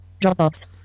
Dropbox